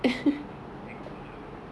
dia orang bawak beg mahal